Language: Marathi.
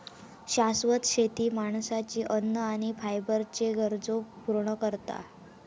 शाश्वत शेती माणसाची अन्न आणि फायबरच्ये गरजो पूर्ण करता